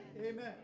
Amen